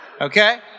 Okay